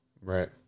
Right